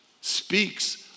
speaks